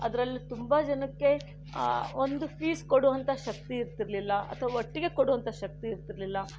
ಅದರಲ್ಲಿ ತುಂಬ ಜನಕ್ಕೆ ಒಂದು ಫೀಸ್ ಕೊಡುವಂತಹ ಶಕ್ತಿ ಇರ್ತಿರ್ಲಿಲ್ಲ ಅಥವಾ ಒಟ್ಟಿಗೆ ಕೊಡುವಂತಹ ಶಕ್ತಿ ಇರ್ತಿರ್ಲಿಲ್ಲ